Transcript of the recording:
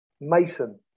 Mason